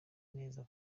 neza